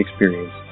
experience